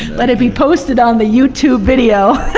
that it be posted on the youtube video,